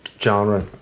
genre